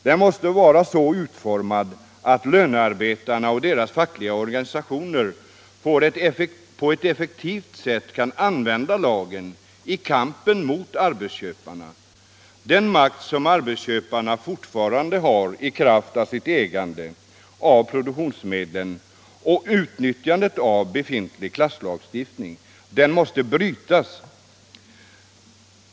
Den måste vara så utformad att lönarbetarna och deras fackliga organisationer på ett effektivt sätt kan använda lagen i kampen mot arbetsköparna. Den makt som arbetsköparna fortfarande har i kraft av sitt ägande av produktionsmedlen och utnyttjandet av befintlig klasslagstiftning måste brytas.